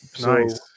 Nice